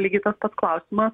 lygiai tas pats klausimas